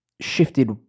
shifted